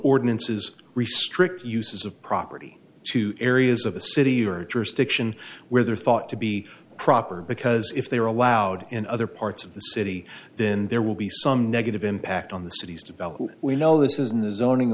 ordinances restrict uses of property to areas of a city or jurisdiction where they are thought to be proper because if they are allowed in other parts of the city then there will be some negative impact on the city's development we know this isn't a zoning